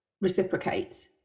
reciprocate